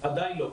עדיין לא.